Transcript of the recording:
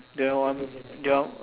the the